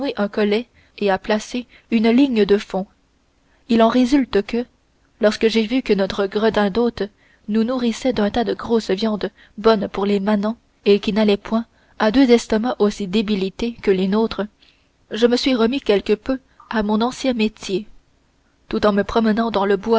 un collet et à placer une ligne de fond il en résulte que lorsque j'ai vu que notre gredin d'hôte nous nourrissait d'un tas de grosses viandes bonnes pour des manants et qui n'allaient point à deux estomacs aussi débilités que les nôtres je me suis remis quelque peu à mon ancien métier tout en me promenant dans le bois